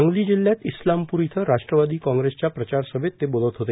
सांगली जिल्ह्यात इस्लामपूर येथे राष्ट्रवादी काँग्रेसच्या प्रचार सभैत ते बोलत होते